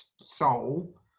soul